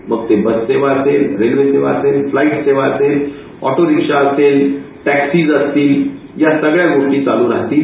मग ती बससेवा असेल रेल्वेसेवा असेल फ्लाईट सेवा असेल ऑटो रिक्षा असेल टॅक्सीज असतील या सगळ्या गोष्टी चालू राहतील